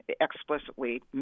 explicitly